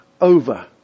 over